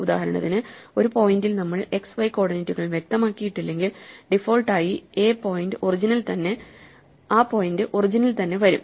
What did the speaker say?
ഉദാഹരണത്തിന് ഒരു പോയിന്റിൽ നമ്മൾ x y കോർഡിനേറ്റുകൾ വ്യക്തമാക്കിയിട്ടില്ലെങ്കിൽ ഡിഫോൾട്ട് ആയി ആ പോയിന്റ് ഒറിജിനിൽ തന്നെ വരും